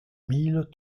mille